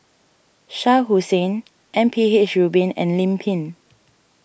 Shah Hussain M P H Rubin and Lim Pin